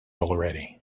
already